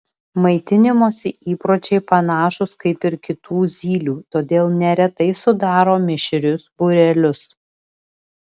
maitinimosi įpročiai panašūs kaip ir kitų zylių todėl neretai sudaro mišrius būrelius